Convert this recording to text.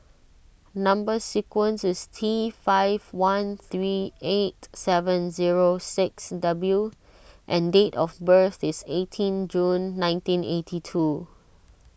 Number Sequence is T five one three eight seven zero six W and date of birth is eighteen June nineteen eighty two